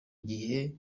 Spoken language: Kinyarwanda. gihe